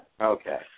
okay